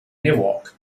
miwok